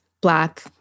Black